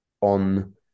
on